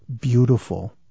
beautiful